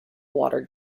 water